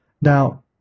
Now